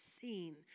seen